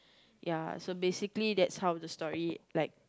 ya so basically that's how the story like